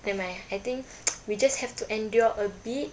nevermind I think we just have to endure a bit